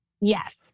Yes